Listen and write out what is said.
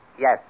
Yes